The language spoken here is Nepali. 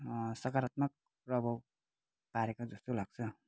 सकारात्मक प्रभाव पारेको जस्तो लाग्छ